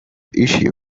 issue